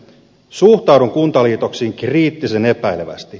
suhtaudun kuntaliitoksiin kriittisen epäilevästi